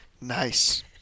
Nice